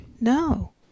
No